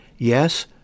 Yes